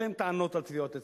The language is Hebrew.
אין להם טענות על טביעות אצבעות,